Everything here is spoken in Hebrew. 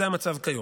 זה המצב כיום.